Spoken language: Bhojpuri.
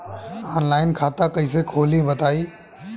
आनलाइन खाता कइसे खोली बताई?